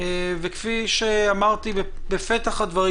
וכפי שאמרתי בפתח הדברים,